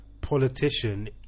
politician